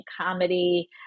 comedy